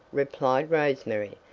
replied rose-mary.